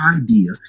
idea